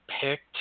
picked